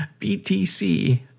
BTC